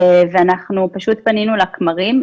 ואנחנו פשוט פנינו לכמרים,